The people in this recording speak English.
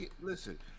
listen